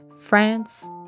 France